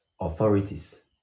authorities